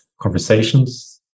conversations